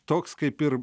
toks kaip ir